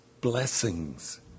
blessings